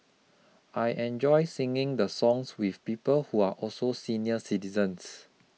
I enjoy singing the songs with people who are also senior citizens